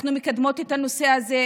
אנחנו מקדמות את הנושא הזה,